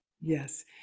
yes